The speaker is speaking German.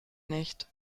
nicht